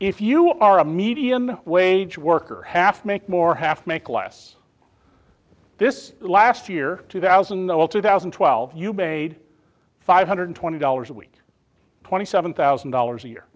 if you are a median wage worker half make more half make less this last year two thousand the whole two thousand and twelve you made five hundred twenty dollars a week twenty seven thousand dollars a year